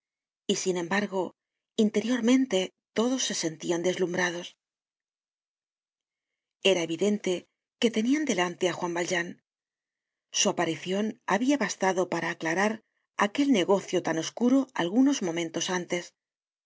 y sin embargo interiormente todos se sentian deslumhrados era evidente que tenian delante á juan valjean su aparicion habia bastado para aclarar aquel negocio tan oscuro algunos momentos antes